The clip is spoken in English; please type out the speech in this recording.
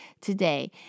today